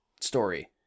story